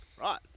Right